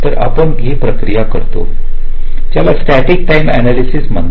तर आपण एक प्रक्रिया करतो ज्याला स्टॅटिक टाईम अनालयसिस म्हणतात